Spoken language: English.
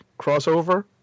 crossover